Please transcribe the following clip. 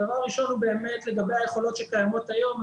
הדבר הראשון הוא לגבי היכולות שקיימות היום.